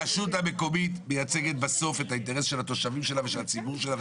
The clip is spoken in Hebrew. הרשות המקומית מייצגת בסוף את האינטרס של התושבים שלה ושל הציבור שלה.